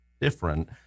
different